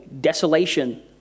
desolation